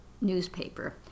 newspaper